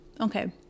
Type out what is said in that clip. Okay